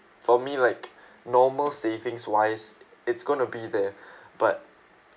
for me like normal savings wise it's gonna be there but